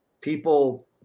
people